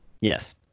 Yes